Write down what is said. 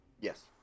yes